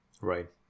Right